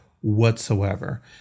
whatsoever